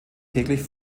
täglich